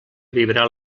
vibrar